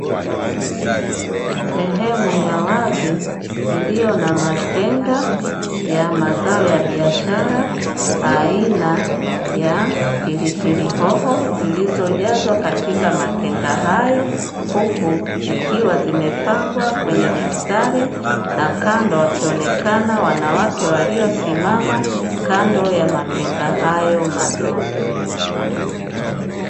Sehemu ya wazi iliyo na matenga ya mazao ya biashara aina ya pilipili hoho zilizojazwa katika matenga hayo, huku zikiwa zimepangwa kwenye mistari na kando wakionekana wanawake waliosimama kando ya matenga hayo madogo.